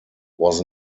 was